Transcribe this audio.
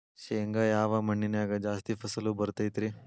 ಶೇಂಗಾ ಯಾವ ಮಣ್ಣಿನ್ಯಾಗ ಜಾಸ್ತಿ ಫಸಲು ಬರತೈತ್ರಿ?